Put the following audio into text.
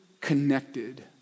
connected